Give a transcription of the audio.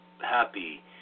happy